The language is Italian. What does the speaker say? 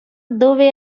dove